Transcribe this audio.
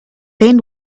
then